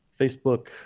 Facebook